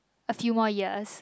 a few more years